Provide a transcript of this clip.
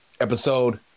episode